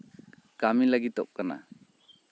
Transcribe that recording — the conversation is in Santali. ᱠᱟᱹᱢᱤ ᱞᱟᱹᱜᱤᱫᱚᱜ ᱠᱟᱱᱟ